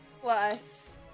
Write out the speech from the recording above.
plus